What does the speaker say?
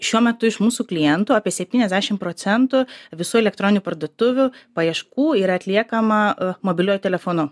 šiuo metu iš mūsų klientų apie septyniasdešimt procentų visų elektroninių parduotuvių paieškų yra atliekama mobiliuoju telefonu